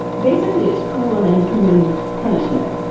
basically, it's cruel and inhuman punishment,